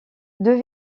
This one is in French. deux